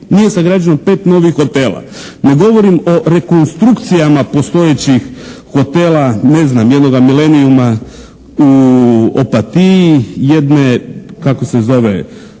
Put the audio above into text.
nije sagrađeno pet novih hotela. Ne govorim o rekonstrukcijama postojećih hotela, ne znam jednoga "Milenijuma" u Opatiji, jedne kako se zove